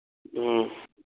ꯎꯝ